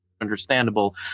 understandable